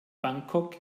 bangkok